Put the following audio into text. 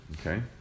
Okay